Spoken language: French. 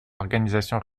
organisations